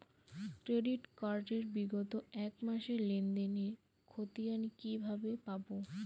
Credit card এর বিগত এক মাসের লেনদেন এর ক্ষতিয়ান কি কিভাবে পাব?